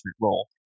role